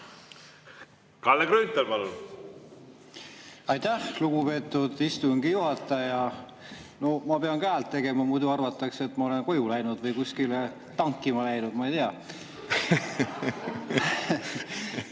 Kalle Grünthal, palun! Aitäh, lugupeetud istungi juhataja! Ma pean ka häält tegema, muidu arvatakse, et ma olen koju läinud või kuskile tankima läinud, ma ei tea.